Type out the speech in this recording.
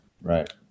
right